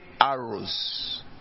arrows